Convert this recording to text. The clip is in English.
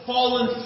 fallen